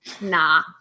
Nah